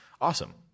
awesome